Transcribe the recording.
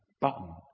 button